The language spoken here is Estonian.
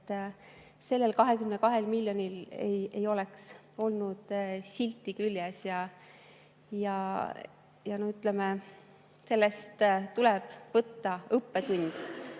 Sellel 22 miljonil ei oleks olnud silti küljes. Sellest tuleb võtta õppust,